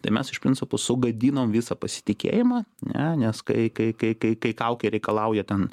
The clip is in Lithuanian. tai mes iš principo sugadinom visą pasitikėjimą ne nes kai kai kai kai kai kaukė reikalauja ten